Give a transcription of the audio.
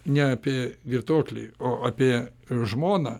ne apie girtuoklį o apie žmoną